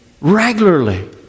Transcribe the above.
regularly